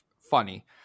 funny